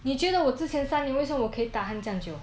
你觉得我之前三年为什么我可以 tahan 这样久